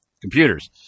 Computers